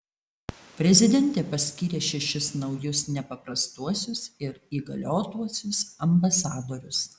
prezidentė paskyrė šešis naujus nepaprastuosius ir įgaliotuosiuos ambasadorius